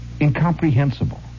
incomprehensible